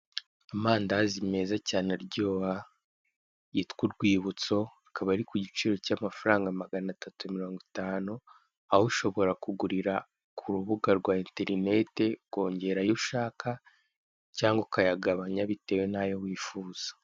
Amandazi meza cyane aryoha yitwa urwibutso, akaba ari ku giciro cy'amafaranga magana atatu na mirongo itanu, aho ushobora kugurira ku rubuga rwa enterinete ukongera ayo ushaka cyangwa ukayagabanya bitewe n'ayo wifuza.